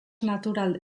natural